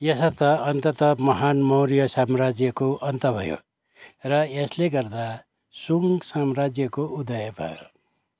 यसर्थ अन्ततः महान् मौर्य साम्राज्यको अन्त भयो र यसले गर्दा सुङ्ग साम्राज्यको उदय भयो